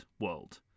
world